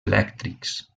elèctrics